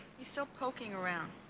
he's still poking around.